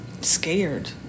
scared